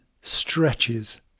stretches